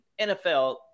NFL